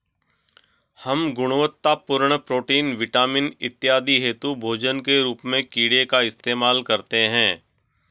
हम गुणवत्तापूर्ण protein, vitamin इत्यादि हेतु भोजन के रूप में कीड़े का इस्तेमाल करते हैं